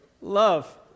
Love